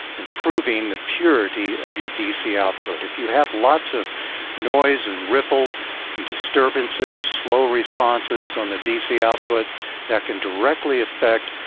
improving the purity of your dc output. if you have lots of noise and ripple and disturbances, slow responses on the dc output that can directly affect